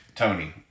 Tony